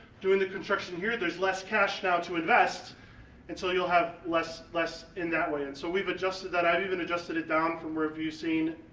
doing the construction here. there's less cash now to invest and so you'll have less less in that way, and so we've adjusted that. i've even adjusted it down from where have you seen,